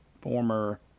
former